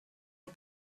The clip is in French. aux